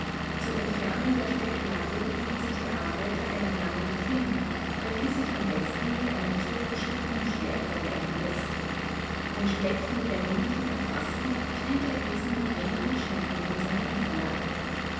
zum entfernen der specklage bedient sich der arbeiter einer langen klinge welche sich am besten mit einem türkischen krummschwert vergleichen läßt den speck mit der linken erfassend trennt er diesen mit wenigen schnitten von seiner unterlage